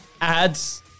ads